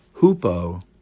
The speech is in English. hupo